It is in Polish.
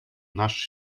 nasz